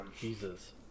Jesus